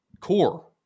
core